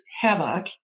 havoc